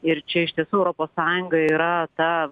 ir čia iš tiesų europos sąjunga yra ta